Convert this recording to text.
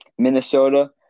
Minnesota